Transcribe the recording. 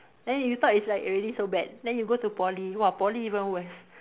then you thought it's like already so bad then you go to Poly !wah! Poly even more worse